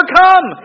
come